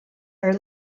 are